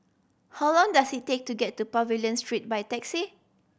how long does it take to get to Pavilion Street by taxi